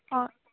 हय